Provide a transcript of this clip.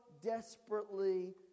desperately